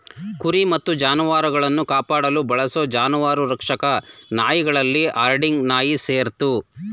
ಕುರಿ ಮತ್ತು ಜಾನುವಾರುಗಳನ್ನು ಕಾಪಾಡಲು ಬಳಸೋ ಜಾನುವಾರು ರಕ್ಷಕ ನಾಯಿಗಳಲ್ಲಿ ಹರ್ಡಿಂಗ್ ನಾಯಿ ಸೇರಯ್ತೆ